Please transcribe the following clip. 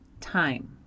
time